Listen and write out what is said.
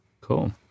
Cool